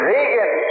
Regan